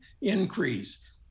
increase